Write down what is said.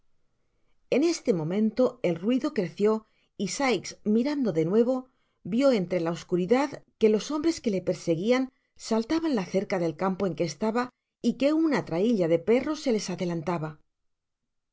en este momento el ruido creció y sikes mirando de nuevo vio entre la oscuridad que los hombres que le perseguian saltaban la cerca del campo en que estaba y que una trailla de perros se les adelantaba